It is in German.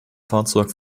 fahrzeug